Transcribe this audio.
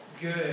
good